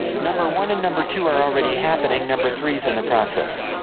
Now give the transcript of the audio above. number one and number two are already happening, number three is in the process.